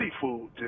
seafood